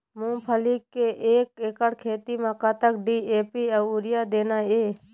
मूंगफली के एक एकड़ खेती म कतक डी.ए.पी अउ यूरिया देना ये?